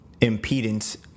impedance